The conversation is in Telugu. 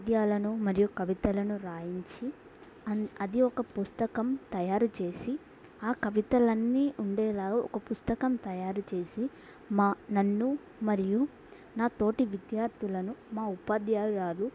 పద్యాలను మరియు కవితలను రాయించి అన్ అది ఒక పుస్తకం తయారు చేసి ఆ కవితలన్నీ ఉండేలా ఒక పుస్తకం తయారుచేసి మా నన్ను మరియు నా తోటి విద్యార్థులను మా ఉపాధ్యాయురాలు